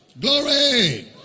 Glory